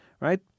right